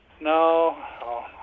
no